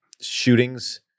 shootings